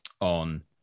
on